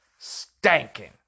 stanking